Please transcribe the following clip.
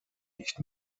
nicht